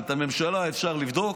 אבל את הממשלה אפשר לבדוק.